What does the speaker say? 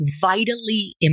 vitally